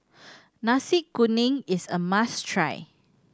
Nasi Kuning is a must try